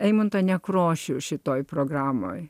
eimuntą nekrošių šitoje programoje